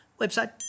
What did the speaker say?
Website